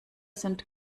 sind